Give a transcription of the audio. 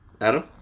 Adam